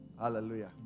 Hallelujah